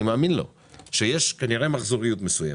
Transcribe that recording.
אני מאמין לו שיש כנראה מחזוריות מסוימת.